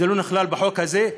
זה לא נכלל בחוק הזה.